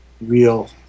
real